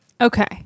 Okay